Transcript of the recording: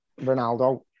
Ronaldo